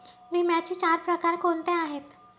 विम्याचे चार प्रकार कोणते आहेत?